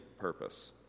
purpose